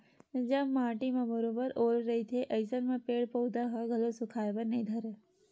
जब माटी म बरोबर ओल रहिथे अइसन म पेड़ पउधा ह घलो सुखाय बर नइ धरय